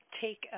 take